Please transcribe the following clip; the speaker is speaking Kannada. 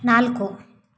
ನಾಲ್ಕು